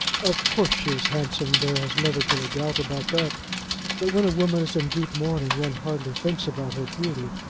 of course she is handsome. there has never been a doubt about that but when a woman is in deep mourning one hardly thinks about her beauty.